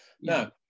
now